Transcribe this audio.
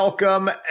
Welcome